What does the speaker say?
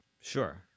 Sure